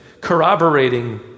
corroborating